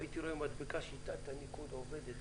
והייתי רואה מדבקה "שיטת הניקוד עובדת",